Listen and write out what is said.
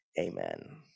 Amen